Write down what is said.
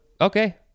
Okay